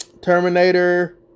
Terminator